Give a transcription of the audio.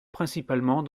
principalement